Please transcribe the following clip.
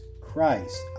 Christ